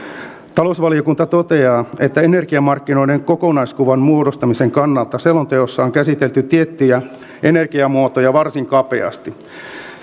talousvaliokunta toteaa että energiamarkkinoiden kokonaiskuvan muodostamisen kannalta selonteossa on käsitelty tiettyjä energiamuotoja varsin kapeasti